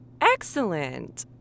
Excellent